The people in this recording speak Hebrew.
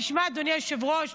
תשמע אדוני היושב-ראש,